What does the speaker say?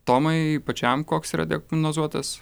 tomai pačiam koks yra diagnozuotas